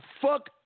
fuck